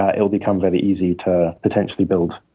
ah it will become very easy to potentially build